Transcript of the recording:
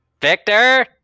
Victor